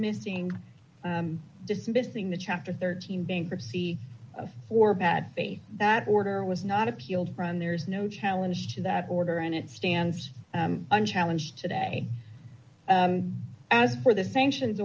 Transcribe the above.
missing dismissing the chapter thirteen bankruptcy for bad faith that order was not appealed from there is no challenge to that order and it stands unchallenged today as for the sanctions